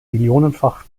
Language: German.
millionenfach